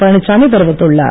பழனிச்சாமி தெரிவித்துள்ளார்